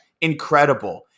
incredible